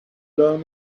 learn